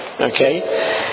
okay